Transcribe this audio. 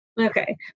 Okay